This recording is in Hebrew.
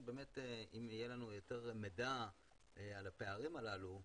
אם יהיה לנו יותר מידע על הפערים הללו,